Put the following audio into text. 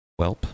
Welp